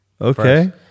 Okay